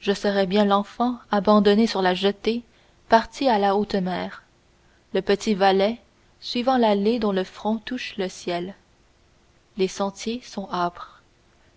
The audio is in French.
je serais bien l'enfant abandonné sur la jetée partie à la haute mer le petit valet suivant l'allée dont le front touche le ciel les sentiers sont âpres